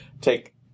take